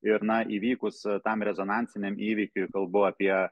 ir na įvykus tam rezonansiniam įvykiui kalbu apie